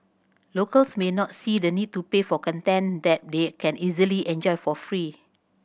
locals may not see the need to pay for content that they can easily enjoy for free